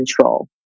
control